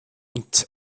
und